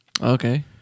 Okay